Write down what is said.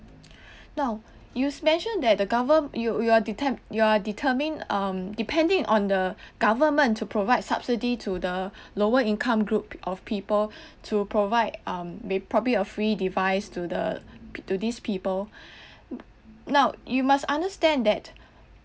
now you've mentioned that the govern you you are dete~ you're determine um depending on the government to provide subsidy to the lower income group of people to provide um may~ probably a free device to the to these people now you must understand that